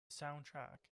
soundtrack